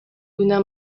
una